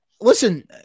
Listen